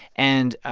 and,